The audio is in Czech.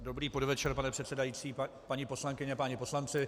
Dobrý podvečer, pane předsedající, paní poslankyně a páni poslanci.